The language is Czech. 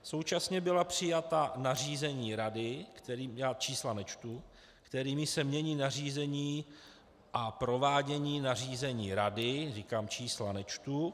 Současně byla přijata nařízení Rady já čísla nečtu kterými se mění nařízení a provádění nařízení Rady říkám, čísla nečtu.